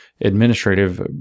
administrative